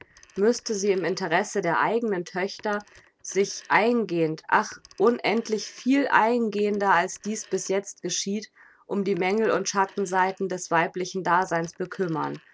müßte sie im interesse der eignen töchter sich eingehend ach unendlich viel eingehender als dies bis jetzt geschieht um die mängel und schattenseiten des weiblichen daseins bekümmern